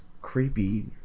creepy